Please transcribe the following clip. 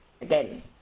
again